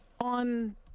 on